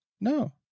no